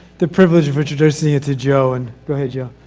the privilege of introducing you to joe and, go ahead joe.